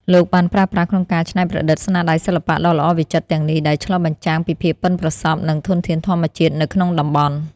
លោកបានប្រើប្រាស់ក្នុងការច្នៃប្រឌិតស្នាដៃសិល្បៈដ៏ល្អវិចិត្រទាំងនេះ ដែលឆ្លុះបញ្ចាំងពីភាពប៉ិនប្រសប់ និងធនធានធម្មជាតិនៅក្នុងតំបន់។